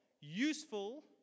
useful